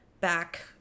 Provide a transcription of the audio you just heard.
back